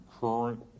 current